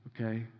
Okay